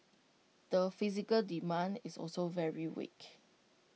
the physical demand is also very weak